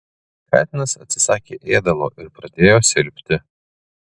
katinas atsisakė ėdalo ir pradėjo silpti